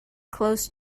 close